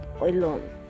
alone